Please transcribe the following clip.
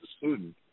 student